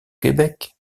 québec